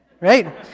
right